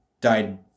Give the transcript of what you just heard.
died